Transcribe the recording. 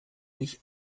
nicht